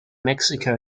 mexico